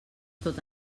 tot